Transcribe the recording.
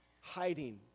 hiding